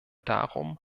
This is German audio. darum